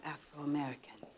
Afro-American